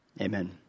Amen